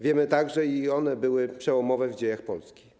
Wiemy także, że i one były przełomowe w dziejach Polski.